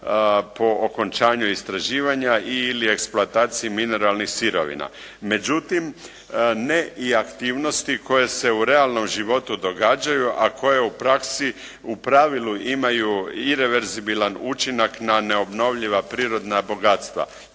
po okončanju istraživanja ili eksploataciji mineralnih sirovina. Međutim, ne i aktivnosti koje se u realnom životu događaju a koje u praksi u pravilu imaju ireverzibilan učinak na neobnovljiva prirodna bogatstva.